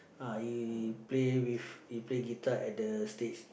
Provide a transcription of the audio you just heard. uh he play with he play guitar at the stage